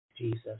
Jesus